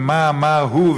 ומה אמר הוא,